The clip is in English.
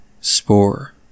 Spore